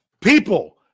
People